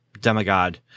demigod